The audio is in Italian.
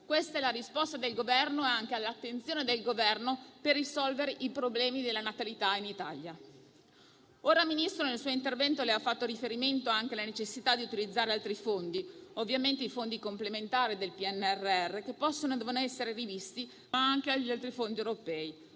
Questa è la risposta del Governo che denota anche la sua attenzione per risolvere i problemi della natalità in Italia. Il Ministro nel suo intervento ha fatto riferimento anche alla necessità di utilizzare altri fondi complementari al PNRR che possono e devono essere rivisti, ma anche gli altri fondi europei.